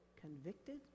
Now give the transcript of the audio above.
convicted